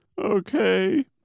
Okay